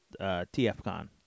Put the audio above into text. TFCon